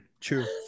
true